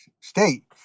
state